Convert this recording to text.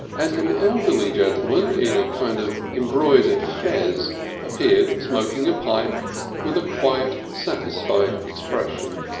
and an elderly gentleman in a kind of embroidered fez appeared smoking a pipe with a quiet satisfied expression.